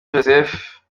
joseph